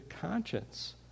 conscience